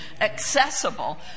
accessible